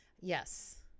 Yes